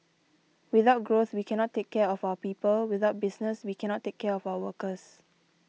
without growth we cannot take care of our people without business we cannot take care of our workers